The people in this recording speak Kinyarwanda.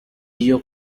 iyo